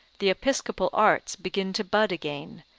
the episcopal arts begin to bud again,